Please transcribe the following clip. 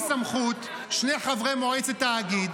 למי שלא הבין, שיקרא את מה שכתבתי.